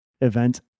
event